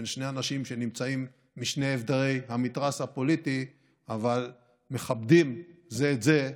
בין שני אנשים שנמצאים משני עברי המתרס הפוליטי אבל מכבדים זה את זה,